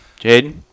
Jaden